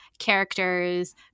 characters